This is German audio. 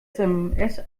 sms